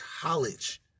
college